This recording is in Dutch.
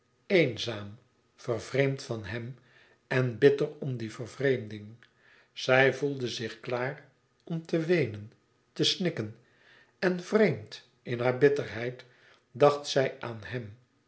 eenzaam vervreemd van hem en bitter om die vervreemding zij voelde zich klaar om te weenen te snikken en vreemd in haar bitterheid dacht zij aan hèm